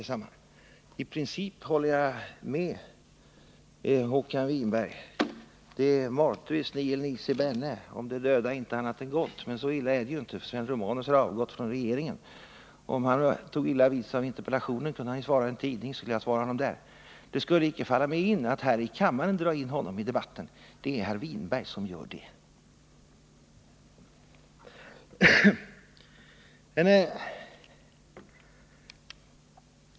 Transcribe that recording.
I princip håller jag med Håkan Winberg: De mortuis nihil nisi bene — om de döda ingenting annat än gott. Men så illa är det ju inte—- Sven Romanus har avgått från regeringen men inte från jordelivet. Om han tog illa vid sig av interpellationen kunde han ha svarat i en tidning, så hade jag kunnat ta en debatt med honom där. Det skulle inte falla mig in att här i kammaren dra in honom i debatten. Det är herr Winberg som gör det.